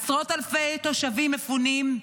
עשרות אלפי תושבים מפונים,